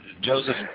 Joseph